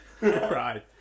Right